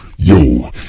Yo